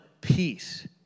peace